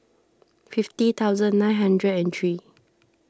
fifty thousand nine hundred and three